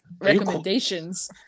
recommendations